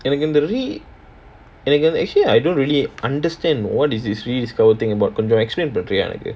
எனக்கு இந்த:enakku intha actually I don't really understand what is this rediscover thing about explain பண்றியா:panriya